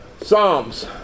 Psalms